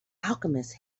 alchemist